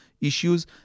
issues